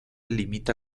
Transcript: limita